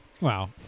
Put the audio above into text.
Wow